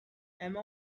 emma